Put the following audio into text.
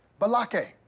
Balake